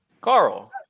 Carl